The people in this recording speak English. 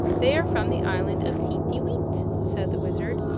they are from the island of teenty-weent, said the wizard,